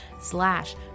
slash